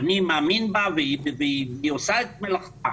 אני מאמין בה והיא עושה את מלאכתה,